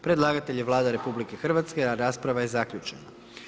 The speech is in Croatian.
Predlagatelj je Vlada RH, a rasprava je zaključena.